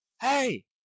Hey